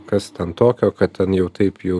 kas ten tokio kad ten jau taip jau